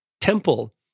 Temple